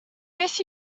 beth